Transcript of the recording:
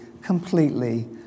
completely